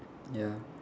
ya